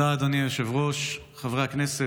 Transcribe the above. תודה, אדוני היושב-ראש, חברי הכנסת,